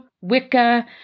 Wicca